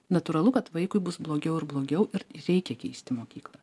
natūralu kad vaikui bus blogiau ir blogiau ir reikia keisti mokyklą